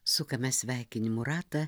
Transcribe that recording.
sukame sveikinimų ratą